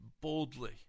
boldly